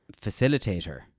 facilitator